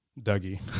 Dougie